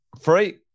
free